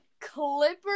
Clippers